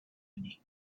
unique